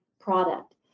product